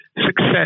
success